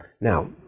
Now